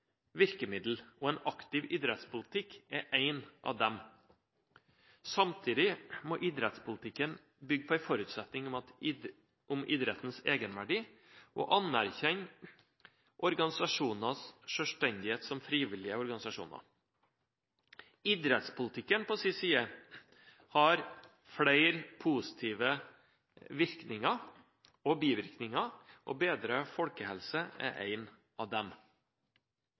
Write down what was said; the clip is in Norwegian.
og en aktiv idrettspolitikk er et av dem. Samtidig må idrettspolitikken bygge på en forutsetning om idrettens egenverdi og anerkjenne organisasjoners selvstendighet som frivillige organisasjoner. Idrettspolitikken på sin side har flere positive virkninger og bivirkninger, og bedret folkehelse er en av dem.